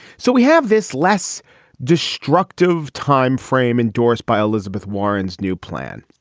so we have this less destructive time frame endorsed by elizabeth warren's new plan.